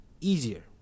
easier